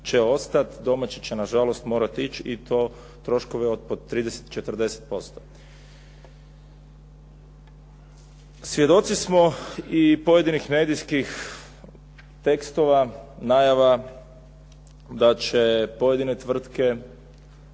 domaći će na žalost morati ići i to troškove od po 30, 40%. Svjedoci smo i pojedinih medijskih tekstova, najava da će pojedine tvrtke,